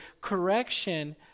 correction